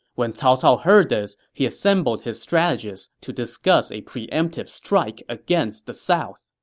when cao cao heard this, he assembled his strategists to discuss a preemptive strike against the south